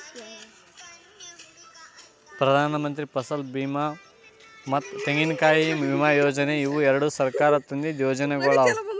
ಪ್ರಧಾನಮಂತ್ರಿ ಫಸಲ್ ಬೀಮಾ ಮತ್ತ ತೆಂಗಿನಕಾಯಿ ವಿಮಾ ಯೋಜನೆ ಇವು ಎರಡು ಸರ್ಕಾರ ತಂದಿದ್ದು ಯೋಜನೆಗೊಳ್